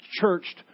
churched